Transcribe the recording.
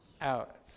out